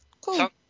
Cool